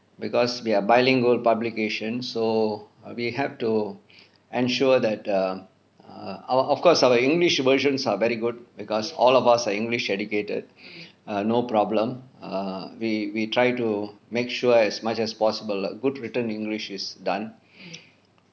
because we are bilingual publication so we have to ensure that err err our of course our english versions are very good because all of us are english educated err no problem err we we try to make sure as much as possible lah good written english is done